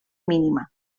mínima